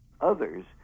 others